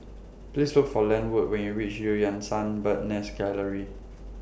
Please Look For Lenwood when YOU REACH EU Yan Sang Bird's Nest Gallery